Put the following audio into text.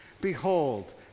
Behold